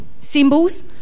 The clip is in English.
symbols